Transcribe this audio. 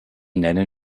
nennen